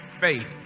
faith